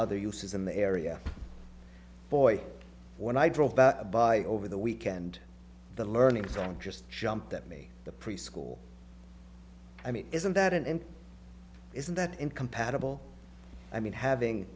other uses in the area boy when i drove by over the weekend the learning song just jumped at me the preschool i mean isn't that an m p isn't that incompatible i mean having